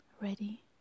ready